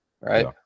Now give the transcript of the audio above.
right